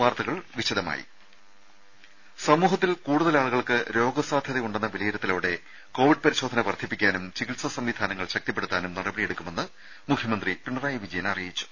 വാർത്തകൾ വിശദമായി സമൂഹത്തിൽ കൂടുതൽ ആളുകൾക്ക് രോഗസാധ്യത ഉണ്ടെന്ന വിലയിരുത്തലോടെ കോവിഡ് പരിശോധന വർദ്ധിപ്പിക്കാനും ചികിത്സാ സംവിധാനങ്ങൾ ശക്തിപ്പെടുത്താനും നടപടിയെടുക്കുമെന്ന് മുഖ്യമന്ത്രി പിണറായി വിജയൻ അറിയിച്ചു